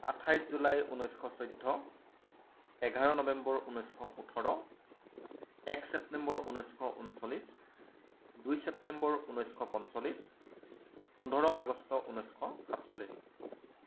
আঠাইছ জুলাই ঊনৈছশ চৈধ্য এঘাৰ নৱেম্বৰ ঊনৈছশ ওঠৰ এক চেপ্তেম্বৰ ঊনৈছশ ঊনচল্লিছ দুই চেপ্তেম্বৰ ঊনৈছশ পঞ্চল্লিছ পোন্ধৰ আগষ্ট ঊনৈছশ সাতচল্লিছ